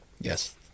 Yes